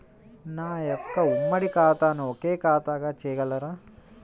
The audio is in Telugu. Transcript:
నా యొక్క ఉమ్మడి ఖాతాను ఒకే ఖాతాగా చేయగలరా?